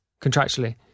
contractually